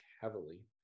heavily